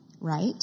right